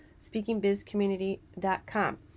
Speakingbizcommunity.com